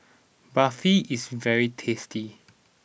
Barfi is very tasty